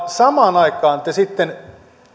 samaan aikaan sitten